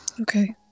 Okay